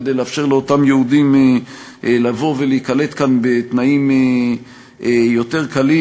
כדי לאפשר לאותם יהודים לבוא ולהיקלט כאן בתנאים יותר קלים.